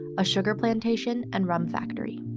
a sugar plantation and rum factory.